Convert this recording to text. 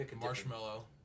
Marshmallow